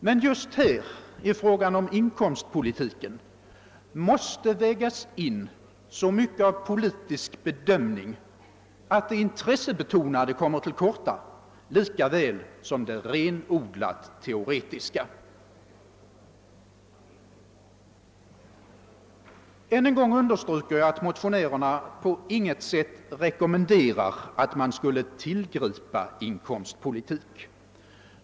Men just i fråga om inkomstpolitiken måste vägas in så mycket av politisk bedömning att det intressebetonade kommer till korta lika väl som det renodlat teoretiska. Än en gång understryker jag att motionärerna på inget sätt rekommenderar att man skulle tillgripa inkomstpolitik.